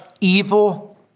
evil